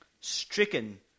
stricken